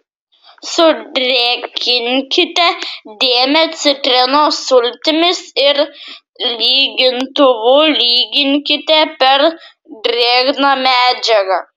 sudrėkinkite dėmę citrinos sultimis ir lygintuvu lyginkite per drėgną medžiagą